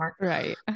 Right